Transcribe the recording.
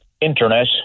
internet